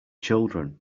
children